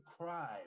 cry